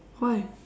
why